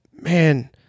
man